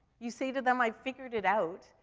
you say to them, i've figured it out,